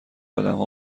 آدمها